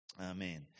Amen